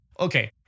Okay